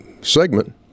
segment